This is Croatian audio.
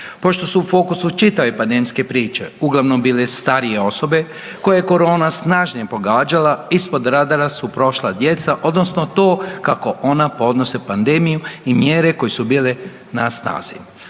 Pošto su u fokusu čitave pandemijske priče uglavnom bile starije osobe koje je korona snažnije pogađala, ispod radara su prošla djeca, odnosno to kako ona podnose pandemiju i mjere koje su bile na snazi.